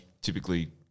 typically